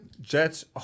Jets